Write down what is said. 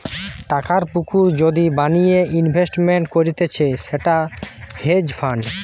টাকার পুকুর যদি বানিয়ে ইনভেস্টমেন্ট করতিছে সেটা হেজ ফান্ড